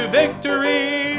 victory